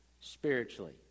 spiritually